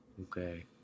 Okay